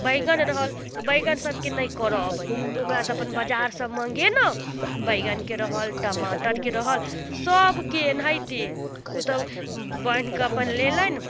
बैगन रहल तऽ बैगन सबके नहि करऽ अबैए तऽ ओकरा तऽ अपन बजारसँ मँगेलहुँ बैगनके रहल टमाटरके रहल सबके एनाहिते ओ तऽ बान्हिके अपन लेलनि